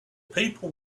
people